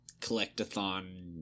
collect-a-thon